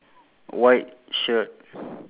one two three four